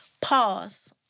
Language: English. pause